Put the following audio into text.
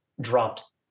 dropped